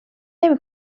نمی